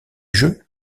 jeux